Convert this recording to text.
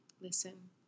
Listen